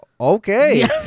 okay